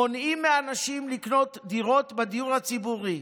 מונעים מאנשים לקנות דירות בדיור הציבורי.